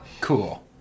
Cool